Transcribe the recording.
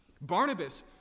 Barnabas